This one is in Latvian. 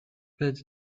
pēc